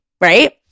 right